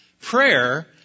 prayer